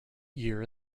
year